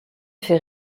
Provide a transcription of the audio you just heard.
fait